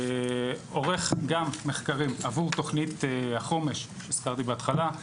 עורך גם מחקרים עבור תוכנית החומ״ש שהזכרתי בהתחלה,